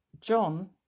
John